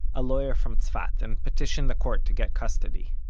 a lawyer from tzfat, and petitioned the court to get custody.